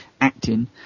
acting